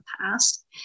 past